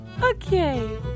Okay